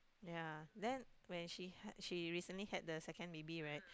yea then when she had she recently had the baby right